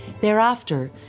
Thereafter